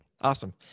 Awesome